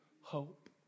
hope